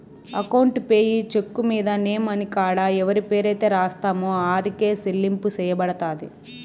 account payee cheque మీద name అనే కాడ ఎవరి పేరైతే రాస్తామో ఆరికే సెల్లింపు సెయ్యబడతది